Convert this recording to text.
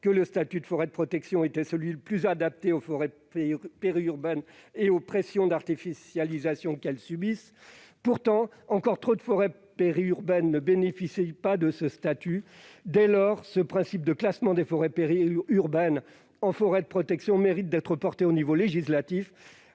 que le statut de forêt de protection était le plus adapté aux forêts périurbaines et à la lutte contre les pressions d'artificialisation qu'elles subissent. Pourtant, les forêts périurbaines ne bénéficiant pas de ce statut sont encore trop nombreuses. Dès lors, ce principe de classement des forêts périurbaines en forêt de protection mérite d'être porté au niveau législatif